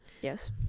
yes